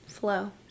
flow